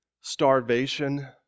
starvation